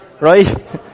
right